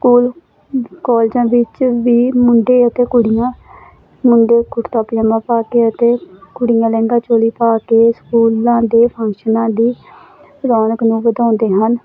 school ਕਾਲਜਾਂ ਵਿੱਚ ਵੀ ਮੁੰਡੇ ਅਤੇ ਕੁੜੀਆਂ ਮੁੰਡੇ ਕੁੜਤਾ ਪਜ਼ਾਮਾ ਪਾ ਕੇ ਅਤੇ ਕੁੜੀਆਂ ਲਹਿੰਗਾ ਚੋਲੀ ਪਾ ਕੇ ਸਕੂਲਾਂ ਦੇ ਫੰਕਸ਼ਨਾਂ ਦੀ ਰੌਣਕ ਨੂੰ ਵਧਾਉਂਦੇ ਹਨ